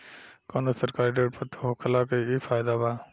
कवनो सरकारी ऋण पत्र होखला के इ फायदा बा